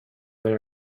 they